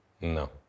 No